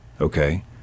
Okay